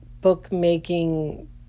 bookmaking